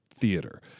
theater